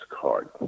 card